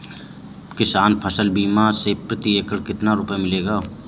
किसान फसल बीमा से प्रति एकड़ कितना रुपया मिलेगा?